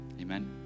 Amen